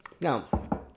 Now